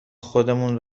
خودمون